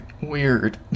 weird